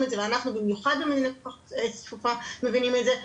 את זה ואנחנו במיוחד במדינה כל כך צפופה מבינים את זה.